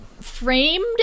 framed